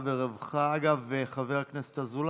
אני רוצה לציין שיושב-ראש פורום האקלים הישראלי חבר הכנסת לשעבר